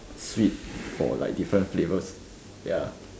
sweet for like different flavours ya